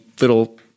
little